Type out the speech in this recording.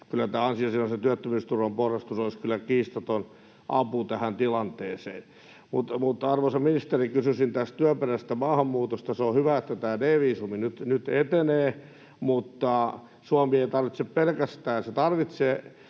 kyllä tämä ansiosidonnaisen työttömyysturvan porrastus olisi kiistaton apu tähän tilanteeseen. Mutta, arvoisa ministeri, kysyisin tästä työperäisestä maahanmuutosta. Se on hyvä, että tämä D-viisumi nyt etenee, mutta Suomi ei tarvitse pelkästään... — Se tarvitsee